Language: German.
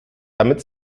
damit